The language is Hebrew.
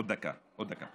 עוד דקה, עוד דקה.